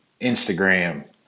Instagram